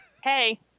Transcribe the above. hey